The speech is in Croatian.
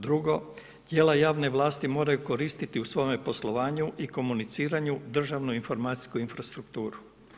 Drugo, tijela javne vlasti moraju koristiti u svome poslovanju i komuniciranju državnu-informacijsku infrastrukturu.